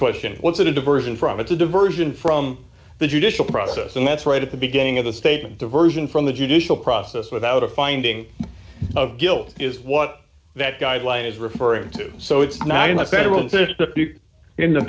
question what's a diversion from it's a diversion from the judicial process and that's right at the beginning of the statement diversion from the judicial process without a finding of guilt is what that guideline is referring to so it's not enough federal thirty in the